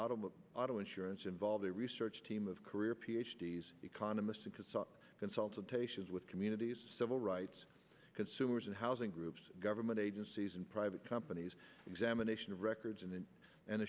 of auto insurance involve the research team of career ph d s economists consulted with communities civil rights consumers and housing groups government agencies and private companies examination of records and then and